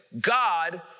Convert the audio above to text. God